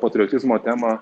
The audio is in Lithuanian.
patriotizmo temą